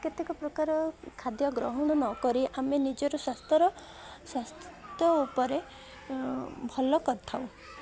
କେତେକ ପ୍ରକାର ଖାଦ୍ୟ ଗ୍ରହଣ ନକରି ଆମେ ନିଜର ସ୍ୱାସ୍ଥ୍ୟର ସ୍ୱାସ୍ଥ୍ୟ ଉପରେ ଭଲ କରିଥାଉ